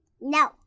No